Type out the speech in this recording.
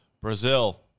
Brazil